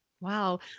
Wow